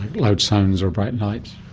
loud sounds or bright lights.